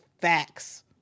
facts